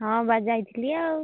ହଁ ବା ଯାଇଥିଲି ଆଉ